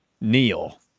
Neil